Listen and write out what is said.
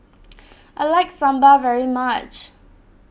I like Sambal very much